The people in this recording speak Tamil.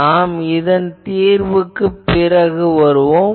நாம் இதன் தீர்வுக்குப் பிறகு வருவோம்